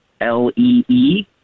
L-E-E